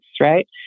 right